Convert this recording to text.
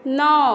नओ